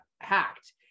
hacked